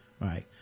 right